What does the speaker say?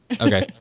Okay